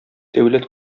дәүләт